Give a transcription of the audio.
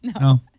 No